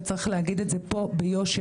וצריך להגיד את זה פה ביושר,